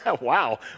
Wow